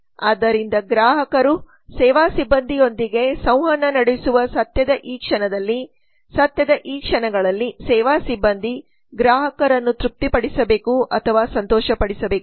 ಆದ್ದರಿಂದ ಗ್ರಾಹಕರು ಸೇವಾ ಸಿಬ್ಬಂದಿಯೊಂದಿಗೆ ಸಂವಹನ ನಡೆಸುವ ಸತ್ಯದ ಈ ಕ್ಷಣದಲ್ಲಿ ಸತ್ಯದ ಈ ಕ್ಷಣಗಳಲ್ಲಿ ಸೇವಾ ಸಿಬ್ಬಂದಿ ಗ್ರಾಹಕರನ್ನು ತೃಪ್ತಿಪಡಿಸಬೇಕು ಅಥವಾ ಸಂತೋಷಪಡಿಸಬೇಕು